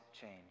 change